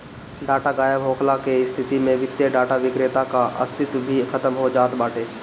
data गायब होखला के स्थिति में वित्तीय डाटा विक्रेता कअ अस्तित्व भी खतम हो जात बाटे